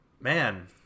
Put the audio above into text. man